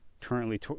Currently